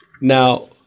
Now